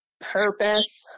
purpose